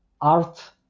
art